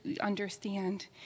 understand